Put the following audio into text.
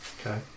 Okay